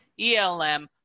ELM